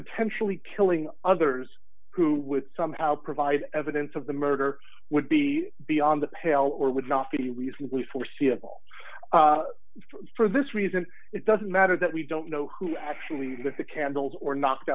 potentially killing others who would somehow provide evidence of the murder would be beyond the pale or would not be reasonably foreseeable for this reason it doesn't matter that we don't know who actually lit the candles or knocked